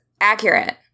accurate